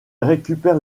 récupère